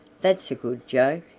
that's a good joke,